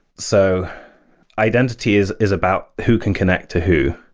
so identity is is about who can connect to who,